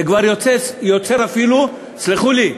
זה כבר יוצר אפילו, תסלחו לי,